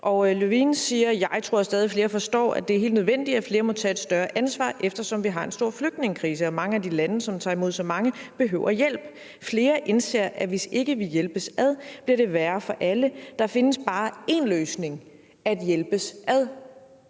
Löfven siger: Jeg tror, at stadig flere forstår, at det er helt nødvendigt, at flere må tage et større ansvar, eftersom vi har en stor flygtningekrise, og at mange af de lande, som tager imod så mange, behøver hjælp. Flere indser, at hvis ikke vi hjælpes ad, bliver det værre for alle. Der findes bare en løsning: at hjælpes ad.